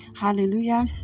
Hallelujah